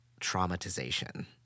traumatization